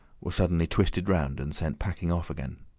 were suddenly twisted round and sent packing off again.